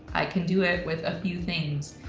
i can do it with a few things,